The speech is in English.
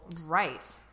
right